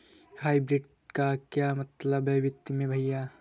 Hybrid का क्या मतलब है वित्तीय में भैया?